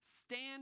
stand